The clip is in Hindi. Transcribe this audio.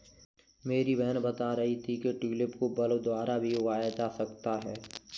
मेरी बहन बता रही थी कि ट्यूलिप को बल्ब द्वारा भी उगाया जा सकता है